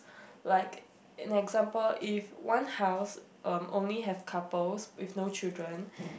like in example if one house um only have couples with no children